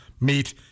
meet